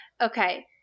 okay